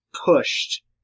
pushed